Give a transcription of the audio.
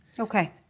Okay